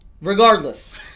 regardless